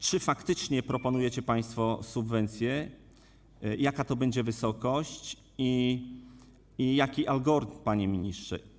Czy faktycznie proponujecie państwo subwencje, jaka będzie jej wysokość i jaki algorytm, panie ministrze?